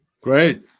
Great